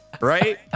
Right